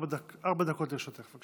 ארבע דקות לרשותך.